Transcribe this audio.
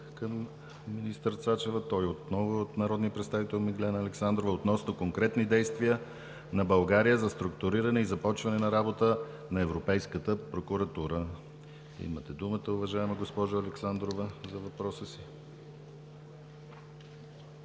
към министър Цачева. Той отново е от народния представител Миглена Александрова относно конкретни действия на България за структуриране и започване на работа на Европейската прокуратура. Имате думата, уважаема Госпожо Александрова, за въпроса си.